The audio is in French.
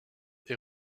est